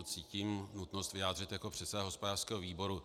Cítím nutnost vyjádřit se k tomu jako předseda hospodářského výboru.